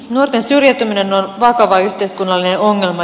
nuorten syrjäytyminen on vakava yhteiskunnallinen ongelma